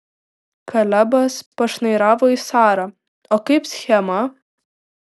kalebas pašnairavo į sarą o kaip schema